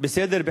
בסדר,